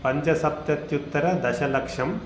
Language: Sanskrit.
पञ्चसप्तत्युत्तर दशलक्षम्